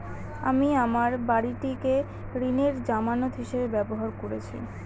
আমি আমার বাড়িটিকে ঋণের জামানত হিসাবে ব্যবহার করেছি